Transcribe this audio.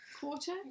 quarter